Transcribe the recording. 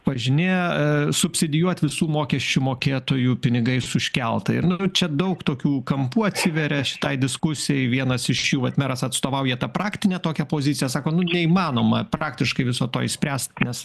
važinėja subsidijuot visų mokesčių mokėtojų pinigais už keltą ir čia daug tokių kampų atsiveria šitai diskusijai vienas iš jų vat meras atstovauja tą praktinę tokią poziciją sako nu neįmanoma praktiškai viso to išspręsti nes